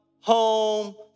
home